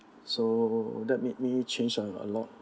so that made me changed a lot